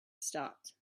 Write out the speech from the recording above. stopped